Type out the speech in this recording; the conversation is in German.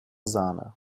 sahne